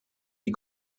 die